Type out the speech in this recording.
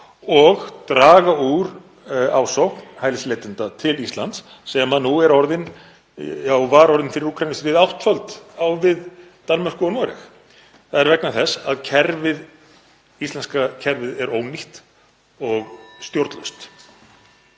og draga úr ásókn hælisleitenda til Íslands sem nú er orðin, og var orðin fyrir Úkraínustríðið, áttföld á við Danmörku og Noreg. Það er vegna þess að kerfið, íslenska kerfið, er ónýtt (Forseti